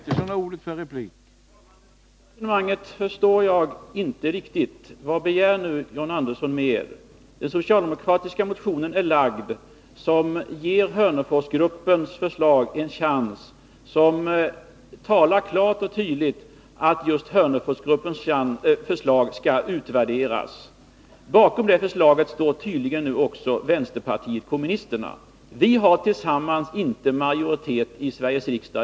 Herr talman! Det sista resonemanget förstår jag inte riktigt. Vad begär John Andersson? Den socialdemokratiska motionen ger Hörneforsförslaget en chans. I den sägs klart och tydligt att Hörneforsförslaget skall utvärderas. Bakom det förslaget står tydligen nu också vpk. Vi har tillsammans inte majoritet i Sveriges riksdag.